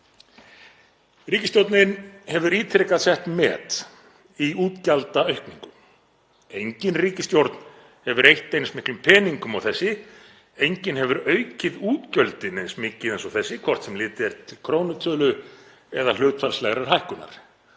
Ríkisstjórnin hefur ítrekað sett met í útgjaldaaukningu. Engin ríkisstjórn hefur eytt eins miklum peningum og þessi, engin hefur aukið útgjöldin eins mikið og þessi, hvort sem litið er til krónutölu eða hlutfallslegrar hækkunar,